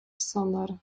sonar